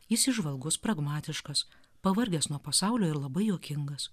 jis įžvalgus pragmatiškas pavargęs nuo pasaulio ir labai juokingas